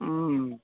हूँ